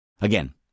Again